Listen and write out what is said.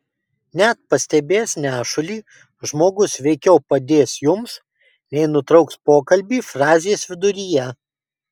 net pastebėjęs nešulį žmogus veikiau padės jums nei nutrauks pokalbį frazės viduryje